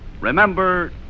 Remember